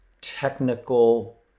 technical